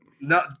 no